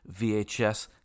VHS